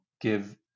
give